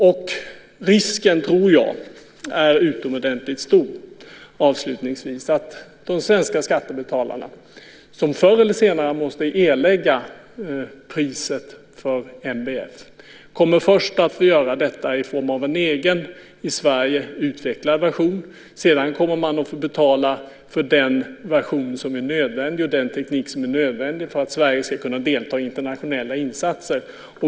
Jag tror avslutningsvis att risken är utomordentligt stor att de svenska skattebetalarna, som förr eller senare måste erlägga priset för NBF, först kommer att få göra detta i form av en egen i Sverige utvecklad version och sedan kommer att få betala för den version och den teknik som är nödvändiga för att Sverige ska kunna delta i internationella insatser.